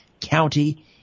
county